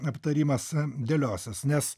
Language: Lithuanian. aptarimas dėliosis nes